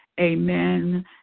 Amen